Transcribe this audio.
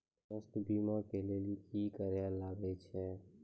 स्वास्थ्य बीमा के लेली की करे लागे छै?